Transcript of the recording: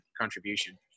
contribution